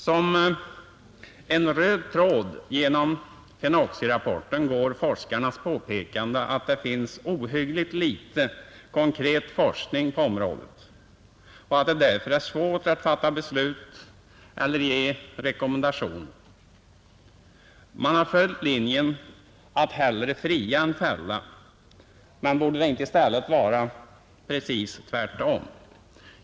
Som en röd tråd genom fenoxirapporten går forskarnas påpekande att det finns så ohyggligt litet konkret forskning på området och att det därför är svårt att fatta beslut eller ge rekommendationer. Man har här följt linjen att hellre fria än fälla. Men borde man inte i stället göra precis tvärtom?